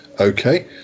Okay